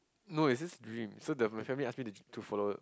no it's just dream so the my family ask me to to follow